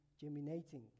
germinating